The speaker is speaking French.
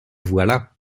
voilà